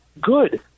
Good